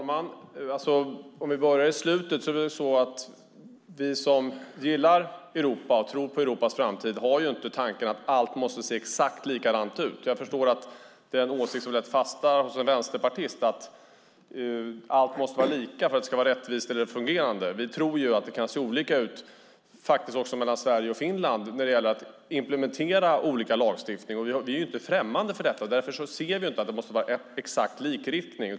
Herr talman! Om vi börjar i slutet har vi som gillar Europa och tror på Europas framtid inte tanken att allt måste se exakt likadant ut. Jag förstår att det är en åsikt som är rätt fast hos en vänsterpartist att allt måste vara lika för att det ska vara rättvist eller fungerande. Vi tror att det kan se olika ut också mellan Sverige och Finland när det gäller att implementera olika lagstiftningar. Vi är inte främmande för detta. Därför ser vi inte att det måste vara en exakt likriktning.